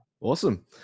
Awesome